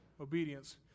obedience